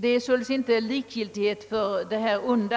Det är således inte likgiltighet utan